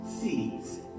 seas